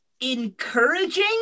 Encouraging